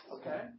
Okay